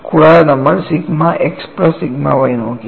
കൂടാതെ നമ്മൾ sigma x plus sigma y നോക്കി